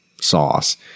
sauce